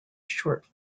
short